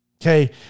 Okay